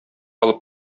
алып